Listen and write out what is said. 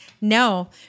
No